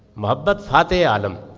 mohabbat but faateh yeah aalam.